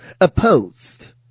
opposed